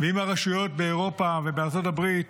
ואם הרשויות באירופה ובארצות הברית